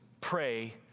pray